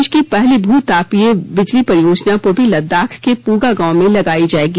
देश की पहली भू तापीय बिजली परियोजना पूर्वी लद्दाख के पूगा गांव में लगाई जाएगी